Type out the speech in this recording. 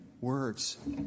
words